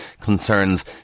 concerns